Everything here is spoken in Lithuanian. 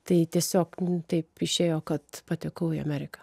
tai tiesiog taip išėjo kad patekau į ameriką